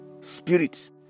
spirit